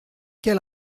quel